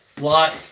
Lot